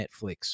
Netflix